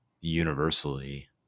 Universally